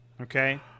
okay